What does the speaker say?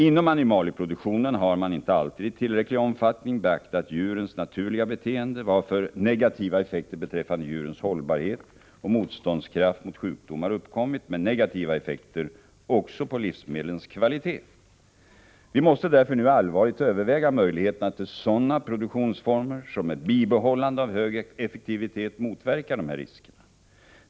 Inom animalieproduktionen har man inte alltid i tillräcklig omfattning beaktat djurens naturliga beteende, varför negativa effekter beträffande djurens hållbarhet och motståndskraft mot sjukdomar, med negativa effekter också på livsmedlens kvalitet. Vi måste därför nu allvarligt överväga möjligheterna till sådana produktionsformer som med bibehållande av hög effektivitet motverkar dessa risker.